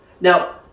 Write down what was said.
Now